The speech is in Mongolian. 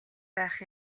байх